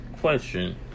question